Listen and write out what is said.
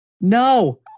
No